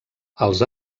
els